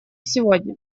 сегодня